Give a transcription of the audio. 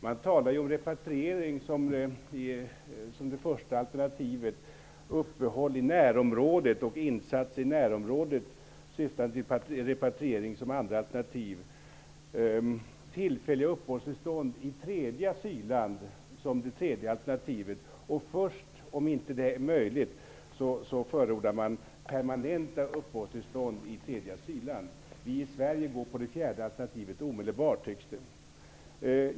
Man talar om repatriering som första alternativ, uppehåll och insatser i närområdet syftande till repatriering som andra alternativ, tillfälliga uppehållstillstånd i tredje asylland som tredje alternativ och, om detta inte är möjligt, permanenta uppehållstillstånd i tredje asylland som fjärde alternativ. Vi i Sverige går på det fjärde alternativet direkt, tycks det.